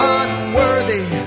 unworthy